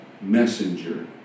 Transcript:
messenger